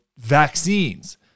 vaccines